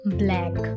black